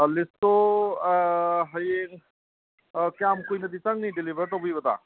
ꯑꯥ ꯂꯤꯁꯇꯤ ꯍꯌꯦꯡ ꯑꯥ ꯀꯌꯥꯝ ꯀꯨꯏꯅꯗꯤ ꯆꯪꯅꯤ ꯗꯤꯂꯤꯕꯔ ꯇꯧꯕꯤꯕꯗꯣ